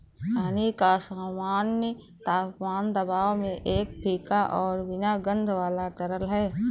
पानी का सामान्य तापमान दबाव में एक फीका और बिना गंध वाला तरल है